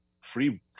free